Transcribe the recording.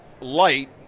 light